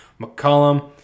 McCollum